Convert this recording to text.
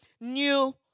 new